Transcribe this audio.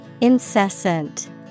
Incessant